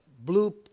blue